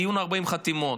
דיון 40 חתימות.